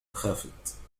خافت